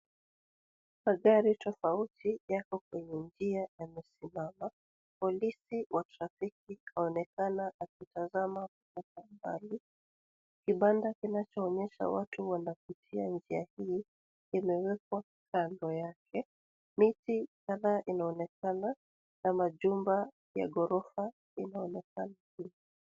Magari tofauti yako kwenye njia yamesimama. Polisi wa trafiki aonekana akitazama kwa mbali. Kibanda kinacho onyesha watu wanapitia njia hii kimiwekwa kando yake. Miti kadhaa inaonekana na majumba ya ghorofa inaonekana chini.